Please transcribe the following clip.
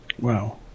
Wow